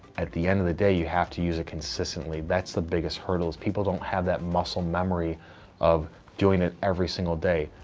at the end of the day, you have to use it consistently. that's the biggest hurdle is people don't have that muscle memory of doing it every single day.